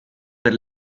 per